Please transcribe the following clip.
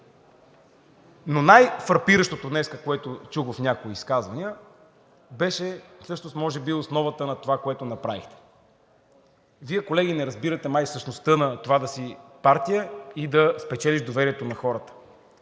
Но най-фрапиращото, което днес чух в някои изказвания, беше всъщност може би основата на това, което направихте. Вие, колеги, не разбирате май същността на това да си партия и да спечелиш доверието на хората.